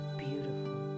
beautiful